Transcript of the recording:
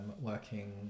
Working